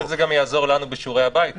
אני חושב שזה גם יעזור לנו בשיעורי הבית.